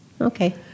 okay